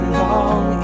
long